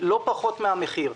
לא פחות מהמחיר.